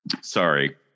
sorry